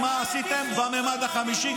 לא חטופים --- במימד החמישי.